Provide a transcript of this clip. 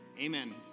Amen